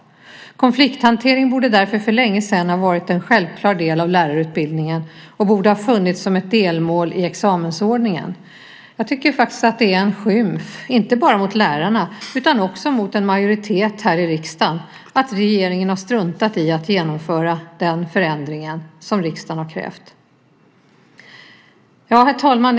Konflikthantering borde därför för länge sedan ha varit en självklar del av lärarutbildningen och borde ha funnits som ett delmål i examensordningen. Jag tycker faktiskt att det är en skymf, inte bara mot lärarna utan också mot en majoritet här i riksdagen, att regeringen har struntat i att genomföra denna förändring som riksdagen har krävt. Herr talman!